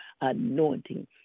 anointing